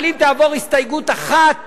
אבל אם תעבור הסתייגות אחת